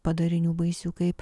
padarinių baisių kaip